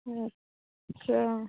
हूं अच्छा